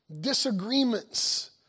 disagreements